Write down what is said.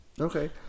Okay